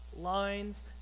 lines